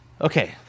Okay